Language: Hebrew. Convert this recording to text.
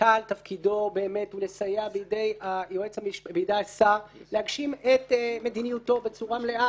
מנכ"ל תפקידו לסייע בידי השר להגשים את מדיניותו בצורה מלאה,